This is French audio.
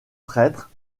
prêtre